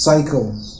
Cycles